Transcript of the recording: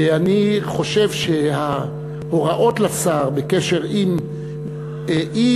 אני חושב שההוראות לשר בקשר עם אי-התייחסות